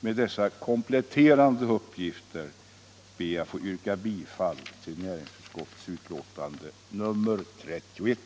med dessa kompletterande uppgifter och ber att få yrka bifall till näringsutskottets hemställan i betänkande nr 31.